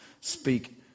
speak